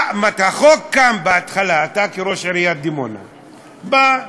החוק קם בהתחלה, אתה כראש עיריית דימונה בא,